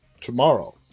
tomorrow